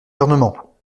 gouvernement